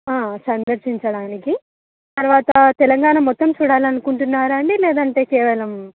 సందర్శించడానికి తర్వాత తెలంగాణ మొత్తం చూడాలని అనుకుంటున్నారా అండి లేదంటే కేవలం